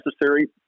necessary